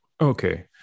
Okay